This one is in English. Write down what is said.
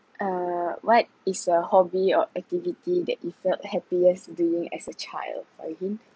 uh what is your hobby or activity that you felt happiest doing as a child farihin